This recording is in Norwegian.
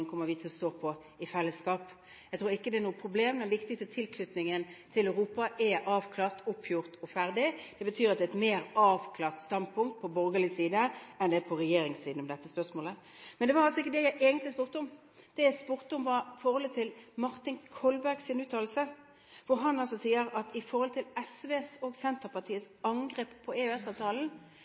kommer vi til å stå på i fellesskap. Jeg tror ikke det er noe problem. Den viktigste tilknytningen til Europa er avklart, oppgjort og ferdig. Det betyr at det er et mer avklart standpunkt på borgerlig side enn det er på regjeringens side om dette spørsmålet. Men det var ikke det jeg egentlig spurte om. Det jeg spurte om, var forholdet til Martin Kolbergs uttalelse, hvor han altså sier at SVs og Senterpartiets angrep på